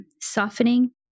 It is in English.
softening